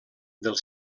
del